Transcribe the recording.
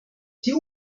die